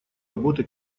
работы